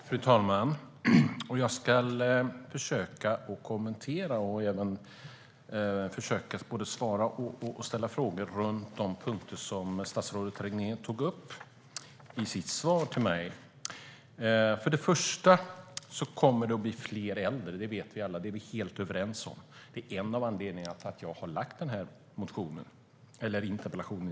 Fru talman! Jag ska försöka kommentera och även försöka både svara på och ställa frågor om de punkter som statsrådet Regnér tog upp i sitt svar till mig. För det första kommer det att bli fler äldre. Det vet vi alla. Det är vi helt överens om. Det är en av anledningarna till att jag har ställt den här interpellationen.